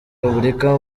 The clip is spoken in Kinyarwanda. repubulika